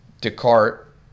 Descartes